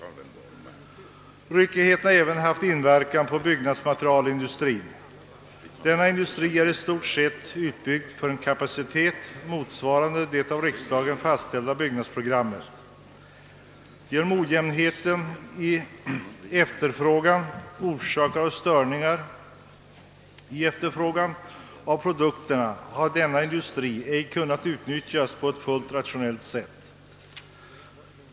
Ryckigheten har även haft inverkan på byggnadsmaterialindustrien. Denna industri är i stort sett utbyggd för en kapacitet motsvarande det av riksdagen fastställda byggnadsprogrammet. Genom ojämnheten i efterfrågan, orsakad av störningar, har denna industri ej kunnat utnyttjas på ett fullt rationellt sätt.